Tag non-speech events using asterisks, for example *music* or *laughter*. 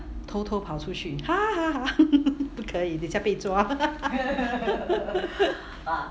偷偷跑出去 hahaha *laughs* 不可以等一下被抓 *laughs*